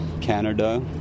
Canada